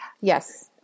Yes